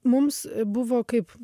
mums buvo kaip